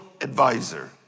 advisor